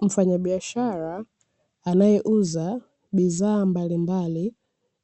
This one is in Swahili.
Mfanyabiashara anayeuza bidhaa mbalimbali,